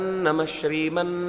namashriman